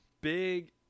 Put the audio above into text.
Big